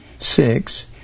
six